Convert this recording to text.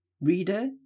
Reader